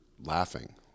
laughing